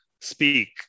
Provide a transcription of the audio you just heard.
speak